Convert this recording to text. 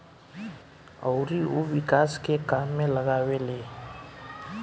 अउरी उ विकास के काम में लगावेले